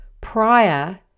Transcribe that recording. prior